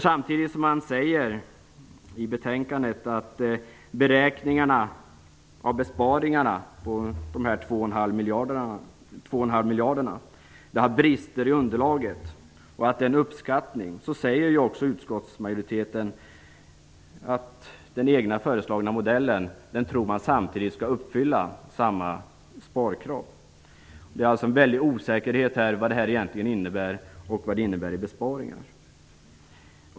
Samtidigt som det sägs i betänkandet att beräkningarna av besparingarna om de 2,5 miljarderna har brister i underlaget och att det är en uppskattning, säger utskottsmajoriteten att man tror att den egna föreslagna modellen skall uppfylla samma sparkrav. Det finns alltså en stor osäkerhet om vad det här innebär i form av besparingar.